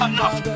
Enough